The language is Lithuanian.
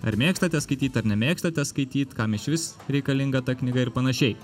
ar mėgstate skaityt ar nemėgstate skaityt kam išvis reikalinga ta knyga ir panašiai